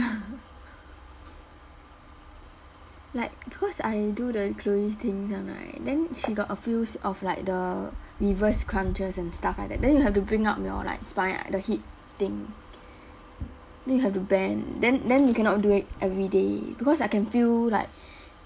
like because I do the chloe ting this one right then she got a few of like the reverse crunches and stuff like that then you have to bring up your like spine the hip thing then you have to bend then then you cannot do it everyday because I can feel like